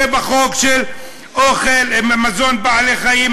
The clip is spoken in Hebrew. זה בחוק של מזון לבעלי-חיים,